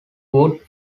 would